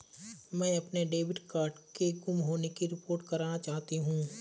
मैं अपने debit card के गुम होने की रिपोर्ट करना चाहती हूँ